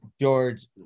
George